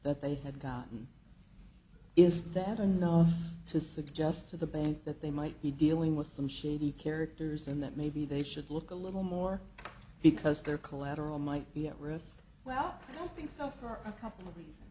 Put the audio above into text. that they had gotten is that enough to suggest to the bank that they might be dealing with some shady characters and that maybe they should look a little more because their collateral might be at risk well i don't think so for a couple of